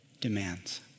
demands